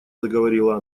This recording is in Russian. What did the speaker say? заговорила